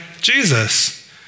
Jesus